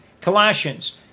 Colossians